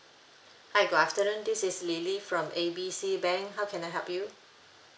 hi good afternoon this is lily from A B C bank how can I help you